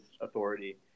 authority